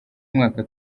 umwaka